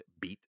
beat